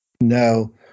No